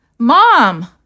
mom